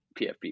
PFP